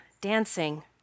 dancing